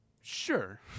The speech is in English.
Sure